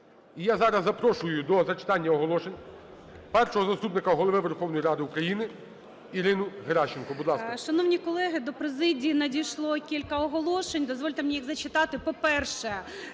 І я зараз запрошую до зачитання оголошень Першого заступника Голови Верховної Ради України Ірину Геращенко. Будь ласка. 13:54:25 ГЕРАЩЕНКО І.В. Шановні колеги, до президії надійшло кілька оголошень. Дозвольте мені їх зачитати. По-перше,